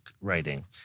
writing